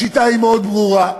השיטה היא מאוד ברורה: